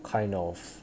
kind of